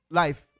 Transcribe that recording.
life